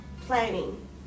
planning